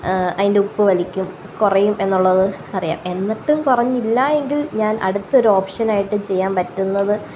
അതിന്റെ ഉപ്പ് വലിക്കും കുറയും എന്നുള്ളത് അറിയാം എന്നിട്ടും കുറഞ്ഞില്ല എങ്കില് ഞാന് അടുത്തൊരു ഓപ്ഷനായിട്ട് ചെയ്യാൻ പറ്റുന്നത്